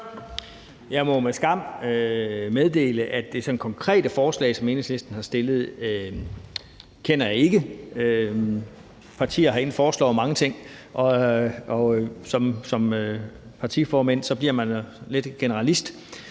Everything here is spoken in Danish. Jeg må med skam meddele, at det sådan konkrete forslag, som Enhedslisten har stillet, kender jeg ikke. Partier herinde foreslår mange ting, og som partiformand bliver man lidt generalist.